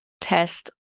test